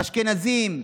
אשכנזים,